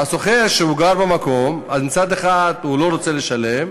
והשוכר שגר במקום, מצד אחד הוא לא רוצה לשלם,